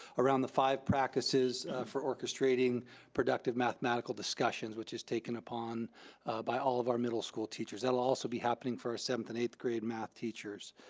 around the five practices for orchestrating productive mathematical discussions which is taken upon by all of our middle school teachers. it'll also be happening for our seventh and eighth grade math teachers.